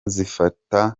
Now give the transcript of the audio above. zifata